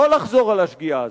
ולא לחזור על השגיאה הזאת.